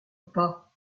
pas